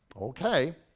Okay